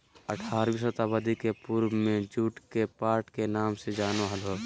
आठारहवीं शताब्दी के पूर्व में जुट के पाट के नाम से जानो हल्हो